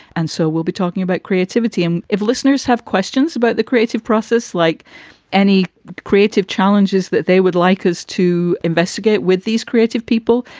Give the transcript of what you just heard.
and so we'll be talking about creativity. and if listeners have questions about the creative process, like any creative challenges that they would like us to investigate with these creative people,